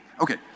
okay